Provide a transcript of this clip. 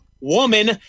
woman